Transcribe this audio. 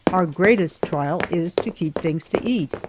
our greatest trial is to keep things to eat.